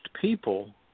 people